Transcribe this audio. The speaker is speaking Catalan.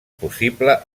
possible